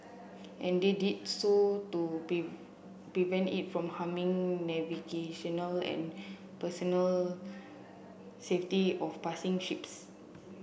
and they did so to prevent it from harming navigational and personnel safety of passing ships